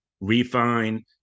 refine